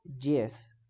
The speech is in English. Yes